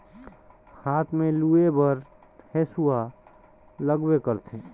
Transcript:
हाथ में लूए बर हेसुवा लगबे करथे